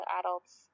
adults